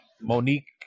Monique